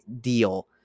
deal